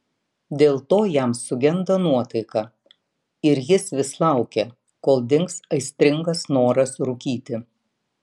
dėl to jam sugenda nuotaika ir jis vis laukia kol dings aistringas noras rūkyti